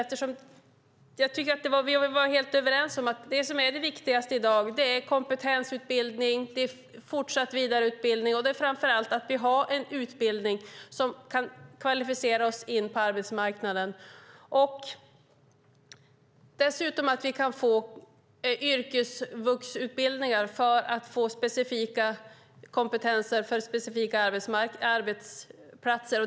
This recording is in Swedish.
Jag tror att vi kan vara helt överens om att det som är det viktigaste i dag är kompetensutbildning, fortsatt vidareutbildning och framför allt att vi har en utbildning som kan kvalificera oss in på arbetsmarknaden. Dessutom är det viktigt att vi kan få yrkesvuxutbildningar för specifika kompetenser och specifika arbetsplatser.